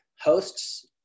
hosts